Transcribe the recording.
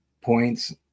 points